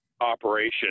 operation